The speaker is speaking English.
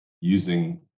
using